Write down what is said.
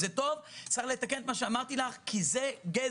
זה טוב, צריך לתקן את מה שאמרתי לך, כי זה גזל.